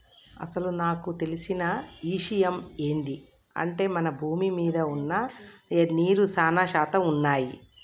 అసలు నాకు తెలిసిన ఇషయమ్ ఏంది అంటే మన భూమి మీద వున్న నీరు సానా శాతం వున్నయ్యి